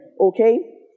Okay